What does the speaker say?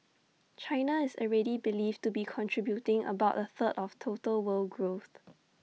China is already believed to be contributing about A third of total world growth